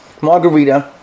margarita